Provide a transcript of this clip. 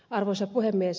arvoisa puhemies